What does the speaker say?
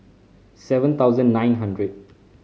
seven thousand nine hundred